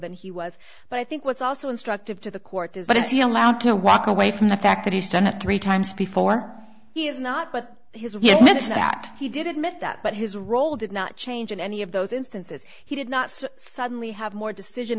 than he was but i think what's also instructive to the court is what is yell out to walk away from the fact that he's done it three times before he is not but this that he did admit that but his role did not change in any of those instances he did not suddenly have more decision